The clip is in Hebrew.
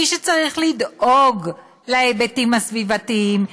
מי שצריך לדאוג להיבטים הסביבתיים,